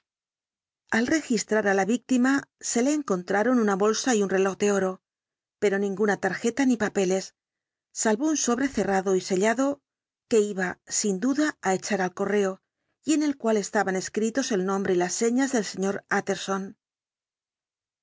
al registrar á la víctima se le encontraron una bolsa y un reloj de oro pero ninguna tarjeta ni papeles salvo un sobre cerrado y sellado que iba sin duda á echar al correo y en el cual estaban escritos el nombre y las señas del sr utterson